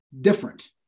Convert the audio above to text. different